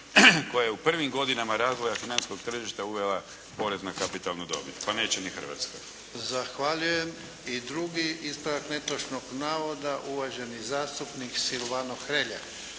koja je u prvim godinama razvoja financijskog tržišta uvela porez na kapitalnu dobit, pa neće ni Hrvatska. **Jarnjak, Ivan (HDZ)** Zahvaljujem. I drugi ispravak netočnog navoda uvaženi zastupnik Silvano Hrelja.